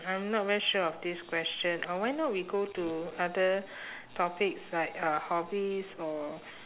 I'm not very sure of this question or why not we go to other topics like uh hobbies or